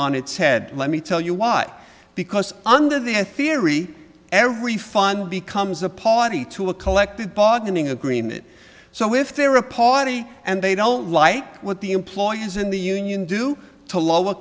on its head let me tell you why because under the eye theory every fine becomes a paucity to a collective bargaining agreement so if there are a party and they don't like what the employees in the union do to lower